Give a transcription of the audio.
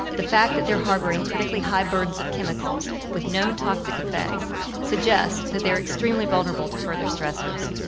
the fact that they're harbouring critically high burdens of chemicals with known toxic effects suggests that they are extremely vulnerable to further stressors.